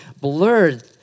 blurred